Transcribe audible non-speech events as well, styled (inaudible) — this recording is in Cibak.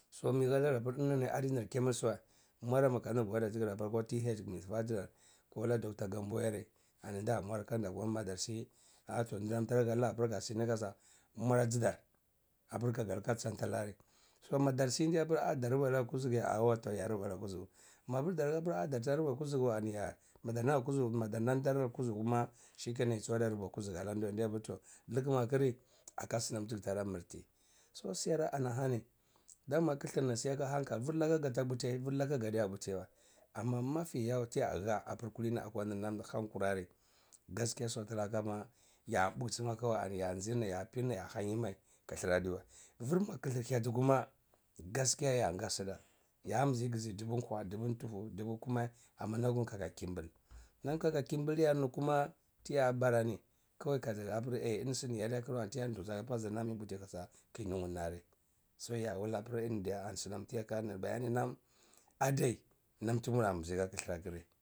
So mi hanadar enini adi nir chemist wa, mwara ma kadi gwada tiger akwa th mi liba aji dar ko wula dr. Gambo, ani da mwar akwanda ma dar si ah toh ndi nam tara halageh apir agasi ni kasa, mwar aji dar apir aga nuwa santa lare. So ma dar si apir ndya apir kayi rubwa na dar kuzugu ya? Ah wa tai ya rubwa na kuzugu, mapir dar hapir ah dar ta rubai kuzuguwa ani ya madar na kuzugu kuma ah sikenan yiso yadi ya kubai kuzuguwa anadi ndya pir toh likma akir aka simam tigi tara mirti. So siyar ana hani, dama kitir ni sai aka hankal, virlaka gta putyai virlaka gta putisai wa ama mafi yawa tiyaha, apir kulini akwa ninam han kurari (hesitation) gaskiya (hesitation) sotilaka ma ya puksi ma kawai ani ya nzina ani ya pir nay a hanyi mai, kitir adiwa. Vikitir hya doku ma gaskiya yanga sidar, ya mizi ngzi dubu kwa, dubu, dubu kumeh ama lakum kaka kimbil, nam kaka kimbil yar ni kuma tiya bara ni, kawai kazi hapir eh eni sini yadiya kir wa ani tiya lusi azi pasir na miputi kasa kinuwa narri. Soya wula apir nda ani sinan tiyaka nir bayani nam adai nam timura mizi yar kitir akir.